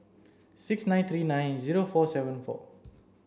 six nine three nine zero four seven four